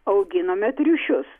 auginome triušius